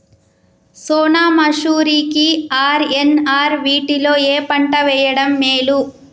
సోనా మాషురి కి ఆర్.ఎన్.ఆర్ వీటిలో ఏ పంట వెయ్యడం మేలు?